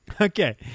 Okay